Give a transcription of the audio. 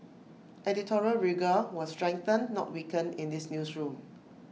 editorial rigour will strengthen not weaken in this newsroom